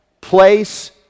place